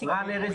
רן ארז,